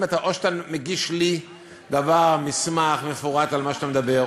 או שאתה מגיש לי מסמך מפורט על מה שאתה מדבר,